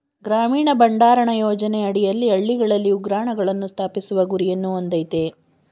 ಗ್ರಾಮೀಣ ಭಂಡಾರಣ ಯೋಜನೆ ಅಡಿಯಲ್ಲಿ ಹಳ್ಳಿಗಳಲ್ಲಿ ಉಗ್ರಾಣಗಳನ್ನು ಸ್ಥಾಪಿಸುವ ಗುರಿಯನ್ನು ಹೊಂದಯ್ತೆ